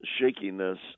shakiness